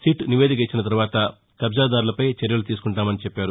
SIT నివేదిక వచ్చిన తరువాత కబ్డాదారులపై చర్యలు తీసుకుంటామని చెప్పారు